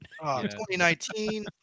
2019